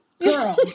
Girl